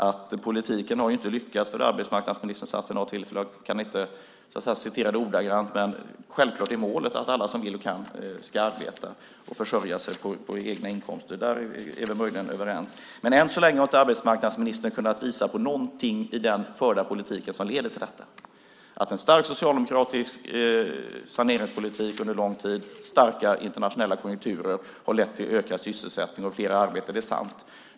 Men politiken har ju inte lyckats för arbetsmarknadsministern. Jag kan inte citera ordagrant men självklart är målet att alla som vill och kan ska arbeta och försörja sig med egna inkomster. Där är vi möjligen överens. Men än så länge har inte arbetsmarknadsministern kunnat visa på någonting i den förda politiken som leder till detta. Att en stark socialdemokratisk saneringspolitik under lång tid och starka internationella konjunkturer har lett till ökad sysselsättning och fler i arbete är sant.